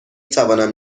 توانم